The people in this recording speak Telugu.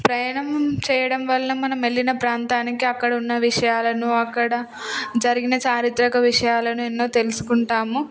ప్రయాణం చేయడం వల్ల మనం వెళ్ళిన ప్రాంతానికి అక్కడ ఉన్న విషయాలను అక్కడ జరిగిన చారిత్రక విషయాలను ఎన్నో తెలుసుకుంటాము